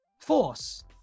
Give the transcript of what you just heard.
force